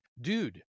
Dude